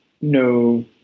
no